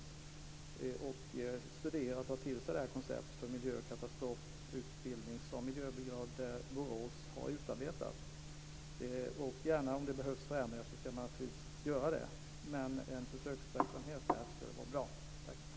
Och det vore bra om han ville studera och ta till sig det koncept för miljö och katastrofutbildning som miljöbrigaden i Borås har utarbetat. Om man behöver göra förändringar skall man naturligtvis göra det, men en försöksverksamhet skulle vara bra. Tack!